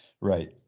Right